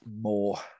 more